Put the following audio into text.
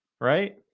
right